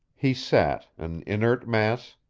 he sat, an inert mass,